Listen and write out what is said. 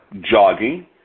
jogging